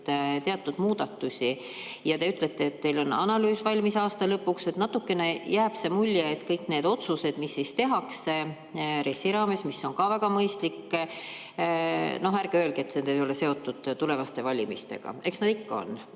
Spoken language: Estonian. teatud muudatusi. Te ütlete, et teil on analüüs valmis aasta lõpuks. Natukene jääb mulje, et kõik need otsused, mis tehakse RES-i raames, mis on ka väga mõistlik – noh, ärge öelge, et see ei ole seotud tulevaste valimistega, eks nad ikka on.